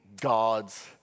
God's